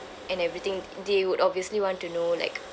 and everything they would obviously want to know like